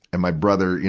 and my brother, you